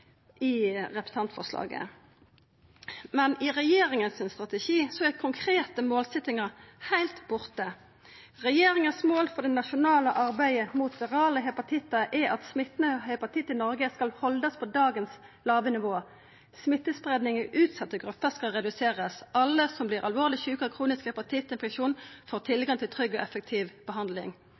representantforslaget. Men i regjeringa sin strategi er konkrete målsetjingar heilt borte. Regjeringas mål for det nasjonale arbeidet mot virale hepatittar er at smitten av hepatitt i Noreg skal haldast på dagens låge nivå. Smittespreiing i utsette grupper skal reduserast. Alle som vert alvorleg sjuke av kronisk hepatittinfeksjon, får tilgang til trygg og effektiv behandling,